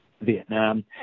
Vietnam